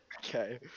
Okay